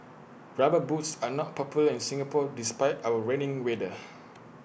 rubber boots are not popular in Singapore despite our rainy weather